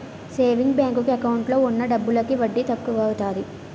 saving bank account లో ఉన్న డబ్బులకి వడ్డీ తక్కువత్తాది